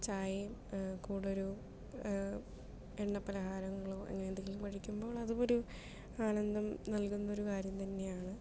ചായയും കൂടൊരു എണ്ണപ്പലഹാരങ്ങളോ അങ്ങനെന്തെങ്കിലും കഴിക്കുമ്പോൾ അതുമൊരു ആനന്ദം നൽകുന്നൊരു കാര്യം തന്നെയാണ്